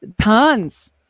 tons